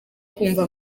kumva